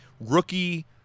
rookie